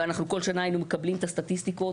וכל שנה היינו מקבלים את הסטטיסטיקות,